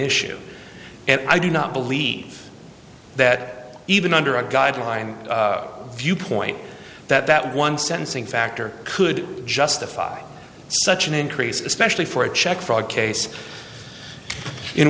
issue and i do not believe that even under a guideline viewpoint that one sentencing factor could justify such an increase especially for a check fraud case in